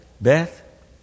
Beth